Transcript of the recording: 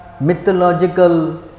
mythological